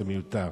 זה מיותר.